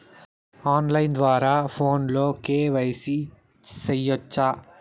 on line ద్వారా ఫోనులో KYC సేయొచ్చా